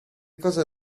cosa